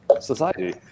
society